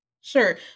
Sure